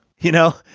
you know,